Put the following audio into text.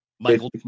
Michael